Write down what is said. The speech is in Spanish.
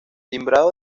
timbrado